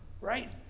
right